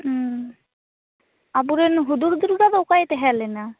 ᱩᱸ ᱟᱵᱚᱨᱮᱱ ᱦᱩᱫᱩᱲᱫᱩᱨᱜᱟ ᱫᱚ ᱚᱠᱚᱭᱮ ᱛᱟᱦᱮᱸ ᱞᱮᱱᱟ